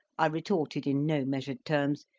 i retorted in no measured terms,